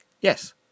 Yes